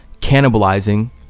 cannibalizing